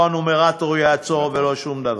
לא הנומרטור יעזור ולא שום דבר.